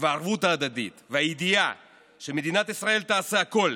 והערבות ההדדית והידיעה שמדינת ישראל תעשה הכול